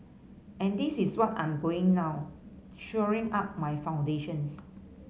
and this is what I'm going now shoring up my foundations